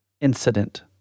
incident